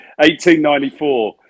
1894